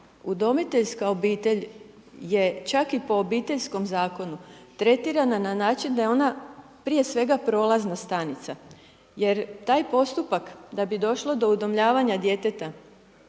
Udomiteljska obitelj je čak i po Obiteljskom zakonu, tretirana na način da je ona prije svega prolazna stanica, jer taj postupak, da bi došlo do udomljavanja djeteta,